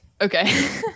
Okay